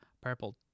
purple